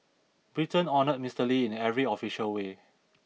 Britain honoured Mister Lee in every official way